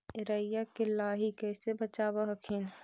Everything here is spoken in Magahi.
राईया के लाहि कैसे बचाब हखिन?